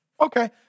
Okay